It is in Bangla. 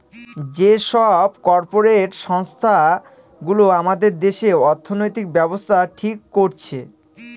যে সব কর্পরেট সংস্থা গুলো আমাদের দেশে অর্থনৈতিক ব্যাবস্থা ঠিক করছে